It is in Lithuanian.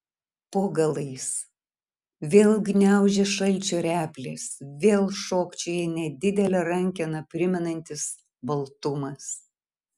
po galais vėl gniaužia šalčio replės vėl šokčioja nedidelę rankeną primenantis baltumas